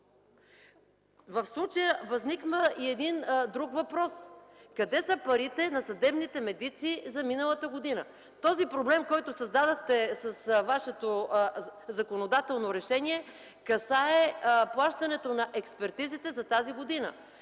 В случая възниква и един друг въпрос: къде са парите на съдебните медици за миналата година? Този проблем, който създадохте с вашето законодателно решение, касае плащането на експертизите за тази година.